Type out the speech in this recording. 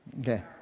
Okay